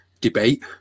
debate